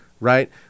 Right